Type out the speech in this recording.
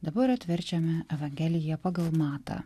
dabar atverčiame evangeliją pagal matą